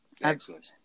Excellent